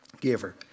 giver